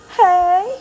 hey